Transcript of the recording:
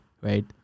right